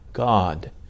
God